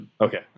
Okay